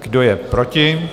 Kdo je proti?